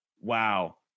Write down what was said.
Wow